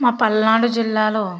మా పల్నాడు జిల్లాలో